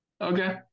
okay